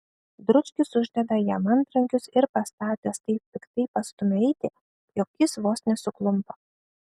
dručkis uždeda jam antrankius ir pastatęs taip piktai pastumia eiti jog jis vos nesuklumpa